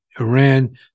Iran